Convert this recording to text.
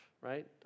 right